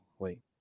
Wait